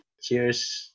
Cheers